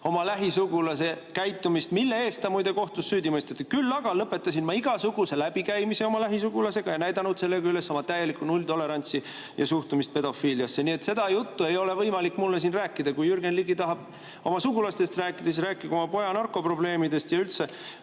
oma lähisugulase käitumist, mille eest ta muide kohtus süüdi mõisteti. Küll aga lõpetasin ma igasuguse läbikäimise oma lähisugulasega ja olen näidanud sellega üles oma täielikku nulltolerantsi ja suhtumist pedofiiliasse. Nii et seda juttu ei ole võimalik mulle siin rääkida. Kui Jürgen Ligi tahab oma sugulastest rääkida, siis rääkigu oma poja narkoprobleemidest ja üldse